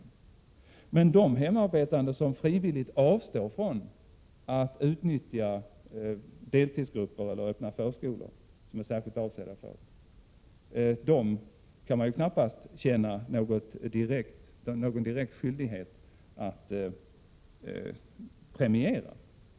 Men när det gäller de hemarbetande som frivilligt avstår från att utnyttja deltidsgrupper eller särskilt avsedda öppna förskolor vill jag framhålla att man knappast kan känna någon direkt skyldighet att premiera dem.